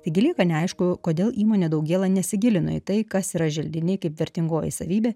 taigi lieka neaišku kodėl įmonė daugiau nesigilino į tai kas yra želdiniai kaip vertingoji savybė